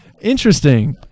Interesting